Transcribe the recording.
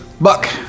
Buck